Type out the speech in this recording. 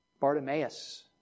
Bartimaeus